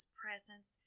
presence